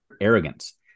arrogance